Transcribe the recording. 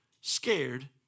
scared